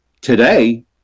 Today